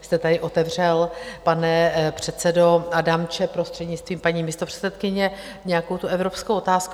Vy jste tady otevřel, pane předsedo Adamče, prostřednictvím paní místopředsedkyně, nějakou tu evropskou otázku.